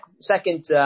second